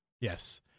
Yes